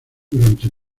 durante